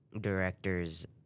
directors